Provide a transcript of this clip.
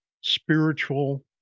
spiritual